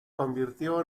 convirtió